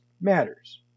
matters